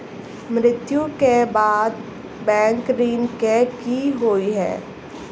मृत्यु कऽ बाद बैंक ऋण कऽ की होइ है?